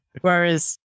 Whereas